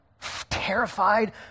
terrified